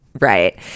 Right